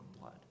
blood